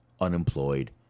unemployed